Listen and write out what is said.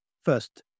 First